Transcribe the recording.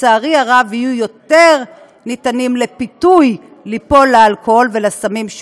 לצערי הרב יהיו יותר ניתנים לפיתוי ליפול לאלכוהול ולסמים,